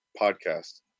podcast